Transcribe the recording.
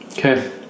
Okay